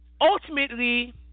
ultimately